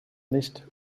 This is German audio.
nicht